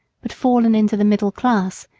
but fallen into the middle class,